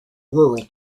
rural